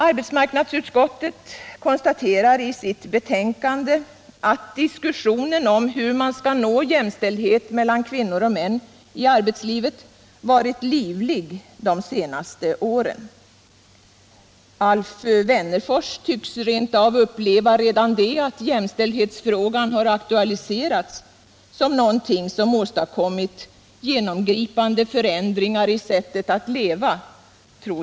Arbetsmarknadsutskottet konstaterar i sitt betänkande att diskussionen om hur man skall nå jämställdhet mellan kvinnor och män i arbetslivet har varit livlig de senaste åren. Alf Wennerfors tycks rent av uppleva redan det att jämställdhetsfrågan har aktualiserats som något av genomgripande förändringar i sättet att leva.